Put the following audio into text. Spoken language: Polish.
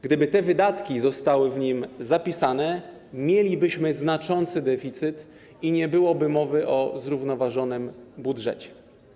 Gdyby te wydatki zostały w nim zapisane, mielibyśmy znaczący deficyt i nie byłoby mowy o zrównoważonym budżecie.